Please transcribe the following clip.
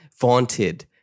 vaunted